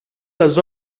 les